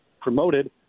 promoted